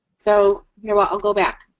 so, here, well, i'll go back.